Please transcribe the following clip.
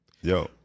Yo